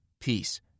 peace